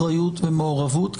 אחריות ומעורבות,